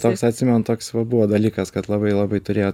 toks atsimenu toks va buvo dalykas kad labai labai turėjo